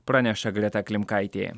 praneša greta klimkaitė